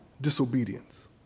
disobedience